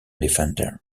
defender